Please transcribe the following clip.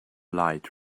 light